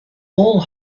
all